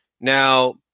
Now